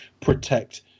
protect